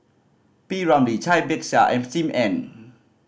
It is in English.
P Ramlee Cai Bixia and Sim Ann